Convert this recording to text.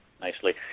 nicely